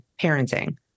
parenting